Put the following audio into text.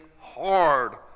hard